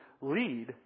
lead